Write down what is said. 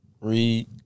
read